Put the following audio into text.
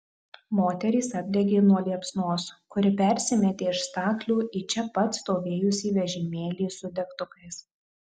moterys apdegė nuo liepsnos kuri persimetė iš staklių į čia pat stovėjusį vežimėlį su degtukais